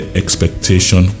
expectation